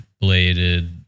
bladed